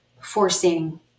forcing